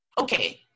okay